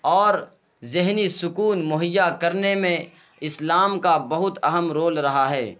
اور ذہنی سکون مہیا کرنے میں اسلام کا بہت اہم رول رہا ہے